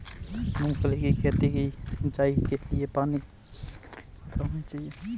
मूंगफली की खेती की सिंचाई के लिए पानी की कितनी मात्रा होनी चाहिए?